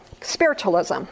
spiritualism